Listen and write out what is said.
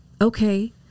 okay